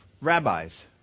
Rabbis